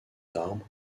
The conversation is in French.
arbres